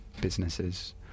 businesses